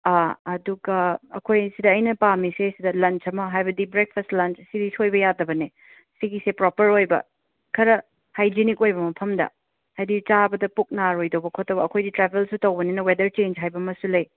ꯑꯗꯨꯒ ꯑꯩꯈꯣꯏ ꯁꯤꯗ ꯑꯩꯅ ꯄꯥꯝꯃꯤꯁꯦ ꯁꯤꯗ ꯂꯟ꯭ꯆ ꯑꯃ ꯍꯥꯏꯕꯗꯤ ꯕ꯭ꯔꯦꯛꯐꯥꯁ ꯂꯟ꯭ꯆꯁꯤ ꯁꯣꯏꯕ ꯌꯥꯗꯕꯅꯦ ꯁꯤꯒꯤꯁꯦ ꯄ꯭ꯔꯣꯄꯔ ꯑꯣꯏꯕ ꯈꯔ ꯍꯥꯏꯖꯤꯅꯤꯛ ꯑꯣꯏꯕ ꯃꯐꯝꯗ ꯍꯥꯏꯗꯤ ꯆꯥꯕꯗ ꯄꯨꯛ ꯅꯥꯔꯣꯏꯗꯧꯕ ꯈꯣꯠꯇꯕ ꯑꯩꯈꯣꯏꯗꯤ ꯇ꯭ꯔꯥꯕꯦꯜꯁꯨ ꯇꯧꯕꯅꯤꯅ ꯋꯦꯗꯔ ꯆꯦꯟ꯭ꯖ ꯍꯥꯏꯕ ꯑꯃꯁꯨ ꯂꯩ ꯁꯣ